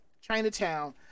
Chinatown